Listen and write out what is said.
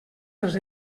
dels